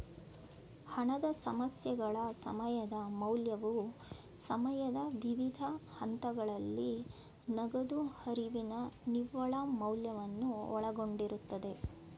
ಹಣದ ಸಮಸ್ಯೆಗಳ ಸಮಯದ ಮೌಲ್ಯವು ಸಮಯದ ವಿವಿಧ ಹಂತಗಳಲ್ಲಿ ನಗದು ಹರಿವಿನ ನಿವ್ವಳ ಮೌಲ್ಯವನ್ನು ಒಳಗೊಂಡಿರುತ್ತೆ